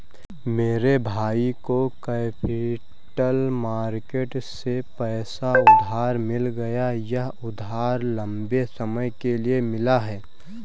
मेरे भाई को कैपिटल मार्केट से पैसा उधार मिल गया यह उधार लम्बे समय के लिए मिला है